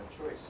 choice